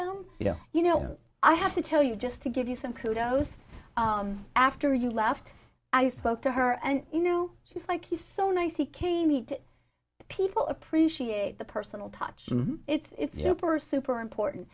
know you know i have to tell you just to give you some kudos after you left i spoke to her and you know she's like he's so nice he came meet people appreciate the personal touch it's super super important